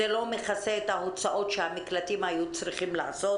זה לא מכסה את ההוצאות שהמקלטים היו צריכים להוציא